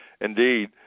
Indeed